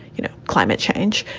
you know, climate change,